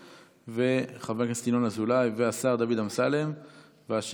חבר הכנסת ינון אזולאי והשר דוד אמסלם כתומכים.